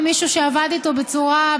ממישהו שעבד איתו בצורה,